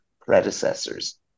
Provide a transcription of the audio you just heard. predecessors